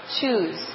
choose